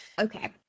okay